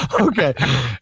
okay